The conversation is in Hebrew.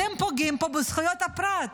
אתם פוגעים פה בזכויות הפרט.